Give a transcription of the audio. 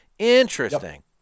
Interesting